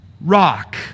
rock